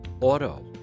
auto